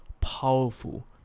powerful